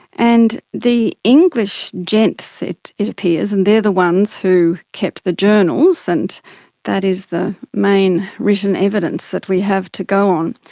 and the english gents, it it appears, and they're the ones who kept the journals and that is the main written evidence that we have to go on,